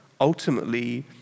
ultimately